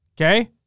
Okay